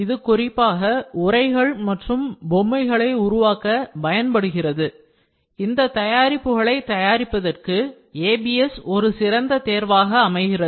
இது குறிப்பாக உறை மற்றும் பொம்மைகளை உருவாக்க பயன்படுத்துகிறது இந்த தயாரிப்புகளைத் தயாரிப்பதற்கு ABS ஒரு சிறந்த தேர்வாக அமைகிறது